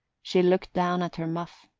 she looked down at her muff,